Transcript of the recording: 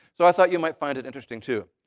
so i thought you might find it interesting, too.